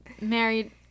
married